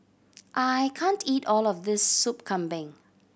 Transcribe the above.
I can't eat all of this Soup Kambing